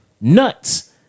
nuts